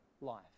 life